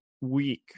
week